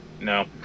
No